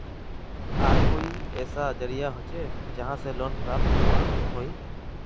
आर कोई ऐसा जरिया होचे जहा से लोन प्राप्त करवा सकोहो ही?